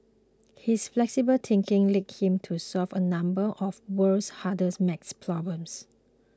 his flexible thinking led him to solve a number of the world's hardest maths problems